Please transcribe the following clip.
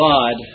God